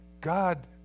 God